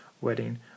wedding